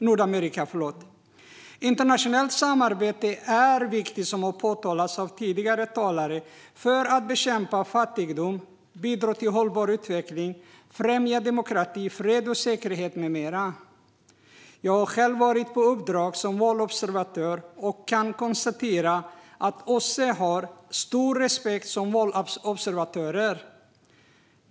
Som tidigare talare har påpekat är internationellt samarbete viktigt för att bekämpa fattigdom och bidra till hållbar utveckling och för att främja demokrati, fred och säkerhet med mera. Jag har själv varit på uppdrag som valobservatör och kan konstatera att OSSE har stor respekt som valobservatör.